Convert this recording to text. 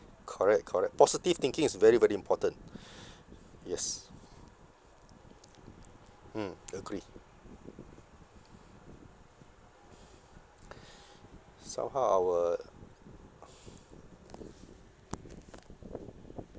correct correct positive thinking is very very important yes mm agree somehow our